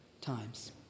times